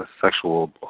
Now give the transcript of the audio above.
sexual